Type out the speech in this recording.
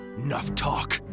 enough talk.